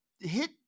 Hit